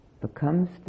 becomes